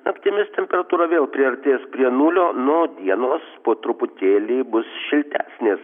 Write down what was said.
naktimis temperatūra vėl priartės prie nulio nu dienos po truputėlį bus šiltesnės